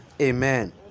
Amen